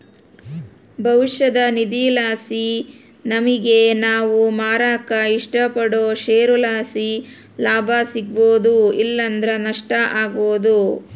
ಭವಿಷ್ಯದ ನಿಧಿಲಾಸಿ ನಮಿಗೆ ನಾವು ಮಾರಾಕ ಇಷ್ಟಪಡೋ ಷೇರುಲಾಸಿ ಲಾಭ ಸಿಗ್ಬೋದು ಇಲ್ಲಂದ್ರ ನಷ್ಟ ಆಬೋದು